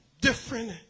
different